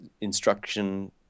instruction